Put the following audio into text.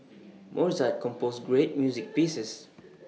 Mozart composed great music pieces